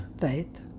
faith